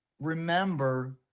remember